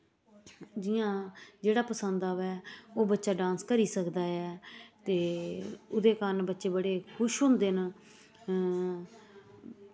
जि'यां जेह्ड़ा पसंद आवै ओह् बच्चा डांस करी सकदा ऐ ते ओह्दे कारन बच्चे बड़े खुश होंदे न